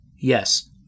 Yes